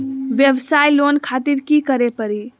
वयवसाय लोन खातिर की करे परी?